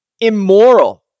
immoral